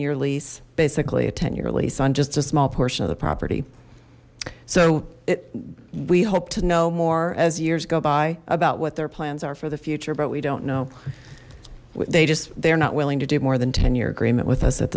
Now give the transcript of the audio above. year lease basically a ten year lease on just a small portion of the property so it we hope to know more as years go by about what their plans are for the future but we don't know they just they're not willing to do more than ten year agreement with us at